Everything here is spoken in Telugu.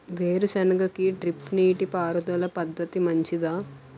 వేరుసెనగ కి డ్రిప్ నీటిపారుదల పద్ధతి మంచిదా?